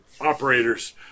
operators